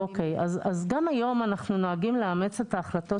גם היום אנחנו נוהגים לאמץ את ההחלטות